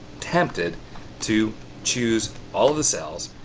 tempted to choose all the cells,